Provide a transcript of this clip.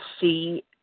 see